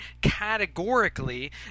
categorically